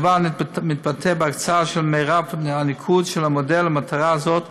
הדבר מתבטא בהקצאה של מרב הניקוד של המודל למטרה זו.